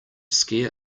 scare